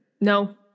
No